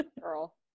Girl